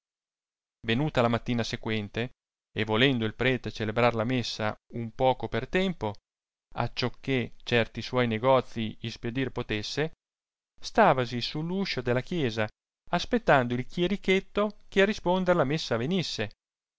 venuta la mattina sequente e volendo il prete celebrar la messa un poco per tempo acciò che certi suoi negozii ispedir potesse stavasi su l uscio della chiesa aspettando il chierichetto che a risponder la messa venisse